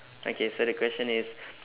okay so the question is